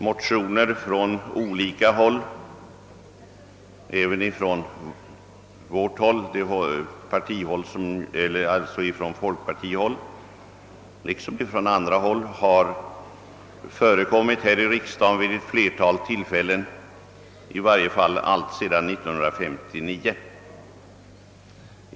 Motioner från folkpartihåll liksom från andra håll har vid ett flertal tillfällen allt sedan 1959 förekommit i denna fråga här i riksdagen.